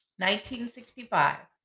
1965